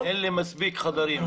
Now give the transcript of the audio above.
אין לי מספיק חדרים.